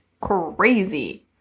Crazy